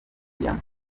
diyama